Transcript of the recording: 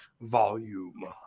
volume